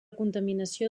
contaminació